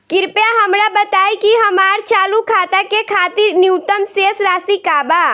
कृपया हमरा बताइ कि हमार चालू खाता के खातिर न्यूनतम शेष राशि का बा